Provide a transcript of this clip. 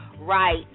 right